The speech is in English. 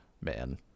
Man